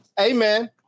amen